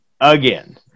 again